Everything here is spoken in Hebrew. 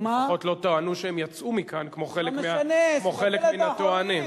לפחות לא טענו שהם יצאו מכאן, כמו חלק מהטוענים.